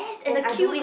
and I don't like